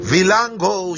Vilango